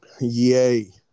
Yay